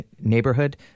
neighborhood